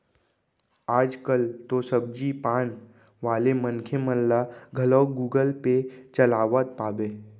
आज कल तो सब्जी पान वाले मनखे मन ल घलौ गुगल पे चलावत पाबे